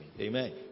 Amen